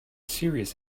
serious